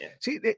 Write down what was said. See